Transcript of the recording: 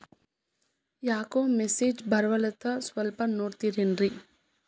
ಯಾಕೊ ಮೆಸೇಜ್ ಬರ್ವಲ್ತು ಸ್ವಲ್ಪ ನೋಡ್ತಿರೇನ್ರಿ?